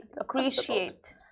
Appreciate